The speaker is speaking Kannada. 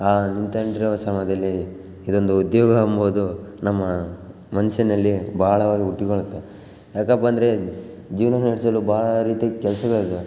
ಆ ನಿಂತ್ಕೊಂಡಿರುವ ಸಮಯದಲ್ಲಿ ಇದೊಂದು ಉದ್ಯೋಗ ಅಂಬೋದು ನಮ್ಮ ಮನಸಿನಲ್ಲಿ ಬಹಳವಾಗಿ ಹುಟ್ಟಿಕೊಳ್ಳುತ್ತೆ ಯಾಕಪ್ಪಂದರೆ ಜೀವನ ನಡೆಸಲು ಬಹಳ ರೀತಿಯ ಕೆಲಸಗಳಿದ್ದಾವೇ